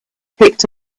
picked